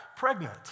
Pregnant